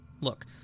Look